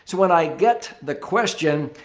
when i get the question,